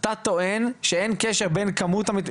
אתה טוען שאין קשר בין כמות המהמרים,